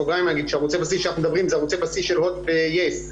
זה ערוצי בסיס של Hot ו-Yes.